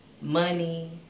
money